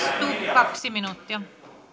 kaksi minuuttia